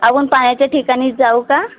आपण पाण्याच्या ठिकाणीच जाऊ का